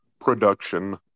production